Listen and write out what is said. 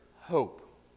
hope